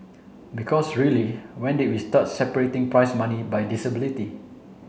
because really when did we start separating prize money by disability